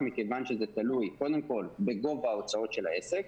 מכיוון שזה תלוי קודם כל בגובה ההוצאות של העסק,